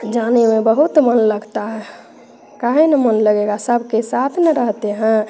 जाने में बहुत मन लगता है काहे ना मन लगेगा सबके साथ न रहते हैं